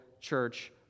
church